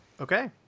Okay